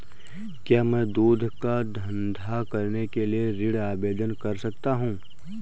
क्या मैं दूध का धंधा करने के लिए ऋण आवेदन कर सकता हूँ?